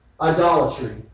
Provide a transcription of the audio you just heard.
Idolatry